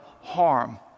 harm